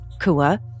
Kua